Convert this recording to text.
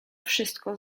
wszystko